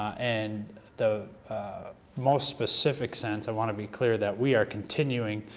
and the most specific sense i want to be clear, that we are continuing,